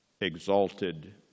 exalted